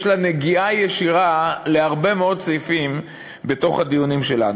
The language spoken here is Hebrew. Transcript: יש לה נגיעה ישירה בהרבה מאוד סעיפים בדיונים שלנו.